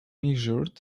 measured